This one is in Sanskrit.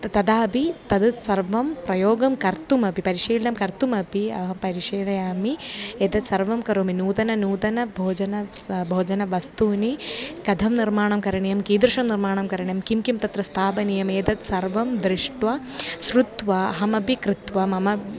तदापि तत् सर्वं प्रयोगं कर्तुमपि परिशीलनं कर्तुमपि अहं परिशीलयामि एतत् सर्वं करोमि नूतननूतन भोजनं स्व भोजनवस्तूनि कथं निर्माणं करणीयं कीदृशं निर्माणं करणीयं किं किं तत्र स्थापनीयम् एतत् सर्वं दृष्ट्वा श्रुत्वा अहमपि कृत्वा मम